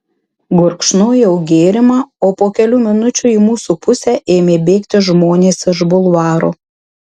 gurkšnojau gėrimą o po kelių minučių į mūsų pusę ėmė bėgti žmonės iš bulvaro